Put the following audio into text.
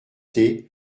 thé